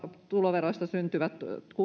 tuloveroista syntyvät